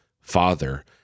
Father